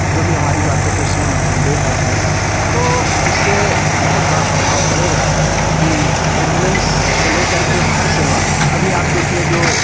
जो भी हमारी बातों को सुन रहे हैं देख रहे हैं तो इससे बहुत बड़ा प्रभाव पड़ेगा कि एम्बुलेंस से लेकर के हर सेवा अभी आप देखिए जो